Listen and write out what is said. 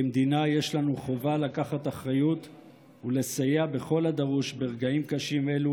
כמדינה יש לנו חובה לקחת אחריות ולסייע בכל הדרוש ברגעים קשים אלה